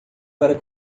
para